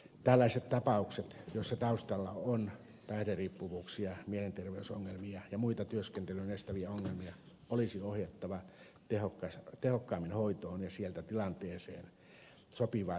tällaiset tapaukset joiden taustalla on päihderiippuvuuksia mielenterveysongelmia ja muita työskentelyn estäviä ongelmia olisi ohjattava tehokkaammin hoitoon ja sieltä tilanteeseen sopivaa tietä eläkkeelle